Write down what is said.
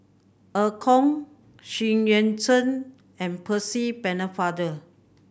Eu Kong Xu Yuan Zhen and Percy Pennefather